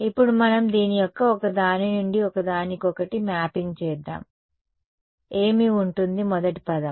ఇప్పుడు మనం దీని యొక్క ఒకదాని నుండి ఒకదానికొకటి మ్యాపింగ్ చేద్దాం ఏమి ఉంటుంది మొదటి పదం